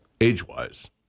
age-wise